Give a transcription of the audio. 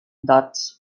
dots